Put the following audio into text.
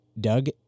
Doug